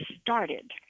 started